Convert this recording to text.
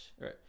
right